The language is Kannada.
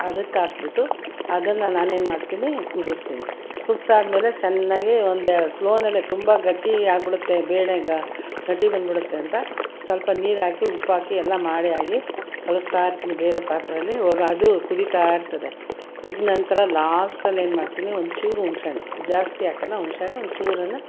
ಅದಕ್ಕೆ ಹಾಕ್ಬಿಟ್ಟು ಅದನ್ನು ನಾನೇನು ಮಾಡ್ತೀನಿ ಕುದಿಸ್ತೀನಿ ಕುದಿಸಾದ್ಮೇಲೆ ಚೆನ್ನಾಗಿ ಒಂದು ಸ್ಲೋನಲ್ಲೆ ತುಂಬ ಗಟ್ಟಿ ಆಗಿಬಿಡುತ್ತೆ ಬೇಳೆ ಗಟ್ಟಿ ಬಂದ್ಬಿಡುತ್ತೆ ಅಂತ ಸ್ವಲ್ಪ ನೀರು ಹಾಕಿ ಉಪ್ಪು ಹಾಕಿ ಎಲ್ಲ ಮಾಡಿ ಆಗಿ ಕಲಿಸ್ತಾಯಿರ್ತೀನಿ ಬೇರೆ ಪಾತ್ರೆಯಲ್ಲಿ ಇವಾಗ ಅದು ಕುದಿತಾ ಇರ್ತದೆ ಕುದ್ದ ನಂತರ ಲಾಸ್ಟಲ್ಲಿ ಏನು ಮಾಡ್ತೀನಿ ಒಂದು ಚೂರು ಹುಣ್ಸೆ ಹಣ್ಣು ಜಾಸ್ತಿ ಹಾಕೋಲ್ಲ ಹುಣ್ಸೆ ಹಣ್ಣು ಒಂದು ಚೂರನ್ನು